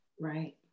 Right